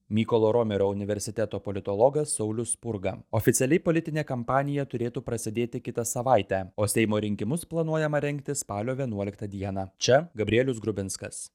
mykolo romerio universiteto politologas saulius spurga oficialiai politinė kampanija turėtų prasidėti kitą savaitę o seimo rinkimus planuojama rengti spalio vienuoliktą dieną čia gabrielius grubinskas